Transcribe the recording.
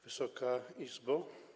Wysoka Izbo!